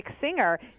singer